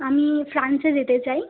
আমি ফ্রান্সে যেতে চাই